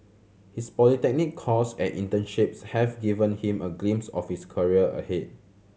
his polytechnic course and internships have given him a glimpse of his career ahead